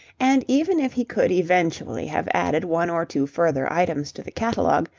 and, even if he could eventually have added one or two further items to the catalogue,